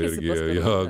išgėriau ją